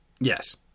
Yes